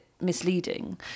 Misleading